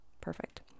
perfect